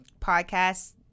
podcast